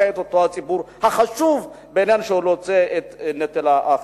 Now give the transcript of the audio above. את אותו הציבור החשוב שהוא נושא את נטל החברה.